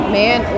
man